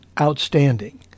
outstanding